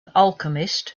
alchemist